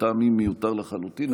לטעמי מיותר לחלוטין,